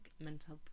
mental